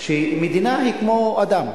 ההתרשמות, שמדינה היא כמו אדם.